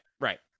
Right